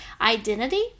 identity